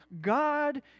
God